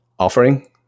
offering